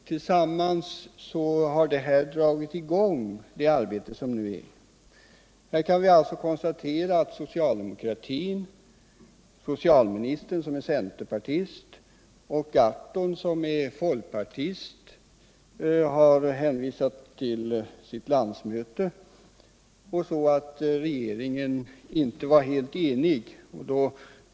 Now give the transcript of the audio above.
Tillsammans har vi — socialdemokratin, socialministern som är centerpartist och Per Gahrton som är folkpartist och som har hänvisat till sitt landsmöte — dragit i gång det arbete som nu pågår. Vi kan också konstatera att regeringen inte var helt enig.